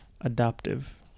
adaptive